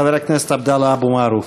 חבר הכנסת עבדאללה אבו מערוף.